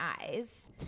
eyes